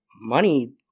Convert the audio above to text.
money